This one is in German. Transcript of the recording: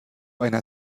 einer